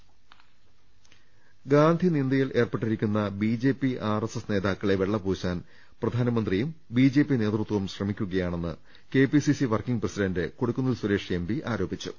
ഗാന്ധിനിന്ദയിൽ ഏർപ്പെട്ടിരിക്കുന്ന B J P R S S നേതാക്കളെ വെള്ളപൂശാൻ പ്രധാനമന്ത്രിയും ബിജെപി നേതൃത്വും ശ്രമിക്കുകയാണെന്ന് K P C C working president Kodikunnil Suresh M P ആരോപിച്ചു